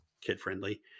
kid-friendly